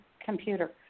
computer